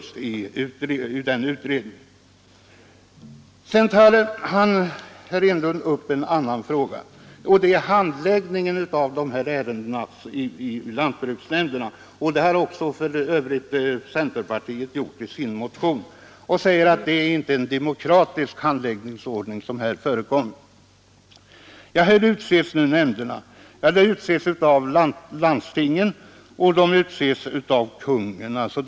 Herr Enlund tog upp frågan om handläggningen av dessa ärenden i lantbruksnämnderna — det har för övrigt också centerpartiet gjort i sin motion. Han sade att det inte är en demokratisk handläggningsordning som här förekommer. Hur utses då nämnderna? Jo, de utses av landstingen och av Kungl. Maj:t.